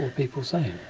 and people saying?